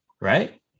right